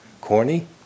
Corny